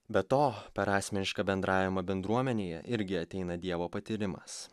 be to per asmenišką bendravimą bendruomenėje irgi ateina dievo patyrimas